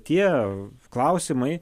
tie klausimai